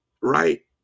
right